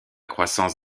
croissance